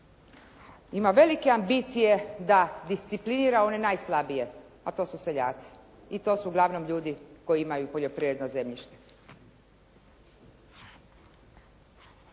ima velike ambicije da disciplinira one najslabije, a to su seljaci i to su uglavnom ljudi koji imaju poljoprivredno zemljište.